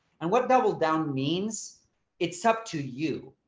and what double down means it's up to you,